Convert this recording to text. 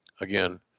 again